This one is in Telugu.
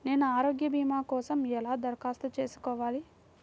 నేను ఆరోగ్య భీమా కోసం ఎలా దరఖాస్తు చేసుకోవాలి?